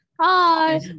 hi